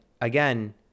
again